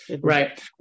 Right